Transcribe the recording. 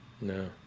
No